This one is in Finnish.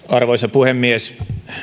arvoisa puhemies